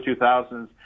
2000s